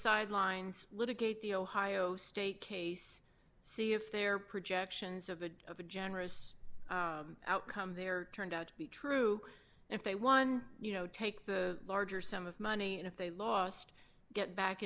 sidelines litigate the ohio state case see if their projections of a of a generous outcome there turned out to be true if they won you know take the larger sum of money and if they lost get back